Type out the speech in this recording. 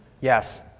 Yes